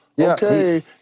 Okay